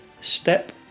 step